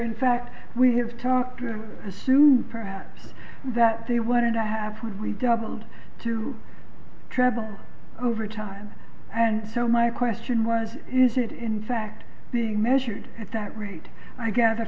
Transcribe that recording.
in fact we have talked or soon perhaps that they wanted i have redoubled to travel overtime and so my question was is it in fact being measured at that rate i gather